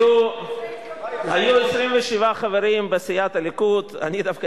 אני חושב שיש לי הסבר לכעס של חברת הכנסת זהבה גלאון.